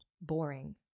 boring